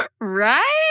Right